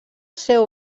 seu